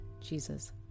Jesus